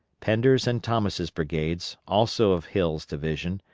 pender's and thomas' brigades, also of hill's division,